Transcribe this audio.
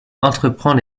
entreprend